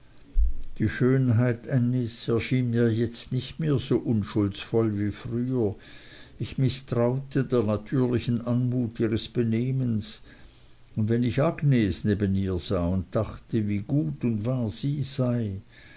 die schönheit ännies erschien mir jetzt nicht mehr so unschuldsvoll wie früher ich mißtraute der natürlichen anmut ihres benehmens und wenn ich agnes neben ihr ansah und dachte wie gut und wahr sie war